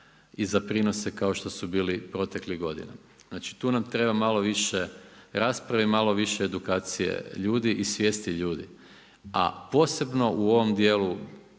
i za prinose kao što su bili proteklih godina. Znači, tu nam treba malo više rasprave i malo više edukacije ljudi i svijesti ljudi, a posebno u ovom dijelu.